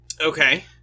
Okay